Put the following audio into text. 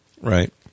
Right